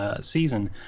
season